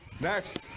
Next